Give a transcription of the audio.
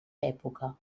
època